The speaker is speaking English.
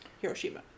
Hiroshima